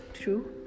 True